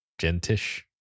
Gentish